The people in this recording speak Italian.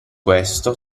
questo